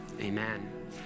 Amen